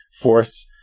force